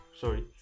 sorry